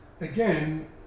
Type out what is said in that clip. again